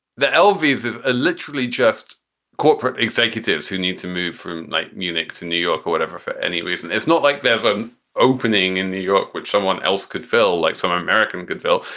the l visas are literally just corporate executives who need to move from like munich to new york or whatever for any reason. it's not like there's an opening in new york which someone else could fill, like some american could fill.